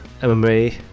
MMA